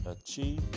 achieve